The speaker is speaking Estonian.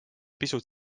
pisut